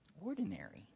ordinary